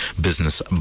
Business